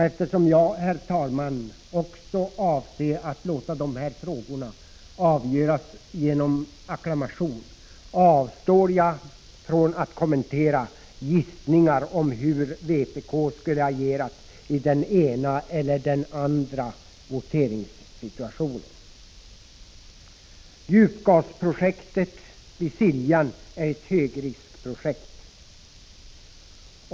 Eftersom också jag, herr talman, avser att låta de här frågorna avgöras genom acklamation, avstår jag från att kommentera gissningar om hur vpk skulle ha agerat i den ena eller andra voteringssituationen. Djupgasprojektet vid Siljan är ett högriskprojekt.